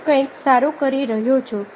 હું કંઈક સારું કરી રહ્યો છું